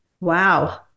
Wow